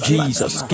Jesus